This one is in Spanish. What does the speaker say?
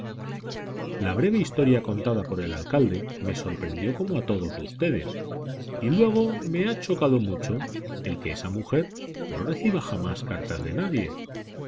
la breve historia contada por el alcalde me sorprendió como a todos ustedes y luego me ha chocado mucho el que esa mujer no reciba jamás cartas de nadie